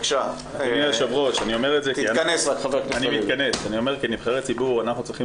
אני אומר שכנבחרי ציבור אנחנו צריכים